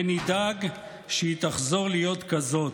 ונדאג שהיא תחזור להיות כזאת.